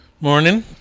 Morning